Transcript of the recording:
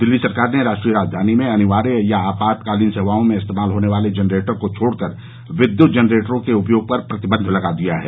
दिल्ली सरकार ने राष्ट्रीय राजधानी में अनिवार्य या आपातकालीन सेवाओं में इस्तेमाल होने वाले जनरेटर को छोड़कर विद्यत जनरेटरों के उपयोग पर प्रतिबंध लगा दिया है